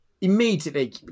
immediately